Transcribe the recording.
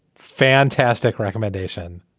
fantastic recommendation.